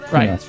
Right